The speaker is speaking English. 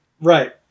right